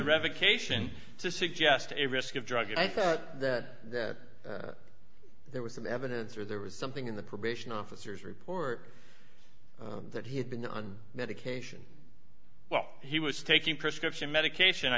revocation to suggest a risk of drugs i thought that there was some evidence or there was something in the probation officers report that he had been on medication well he was taking prescription medication